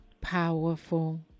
powerful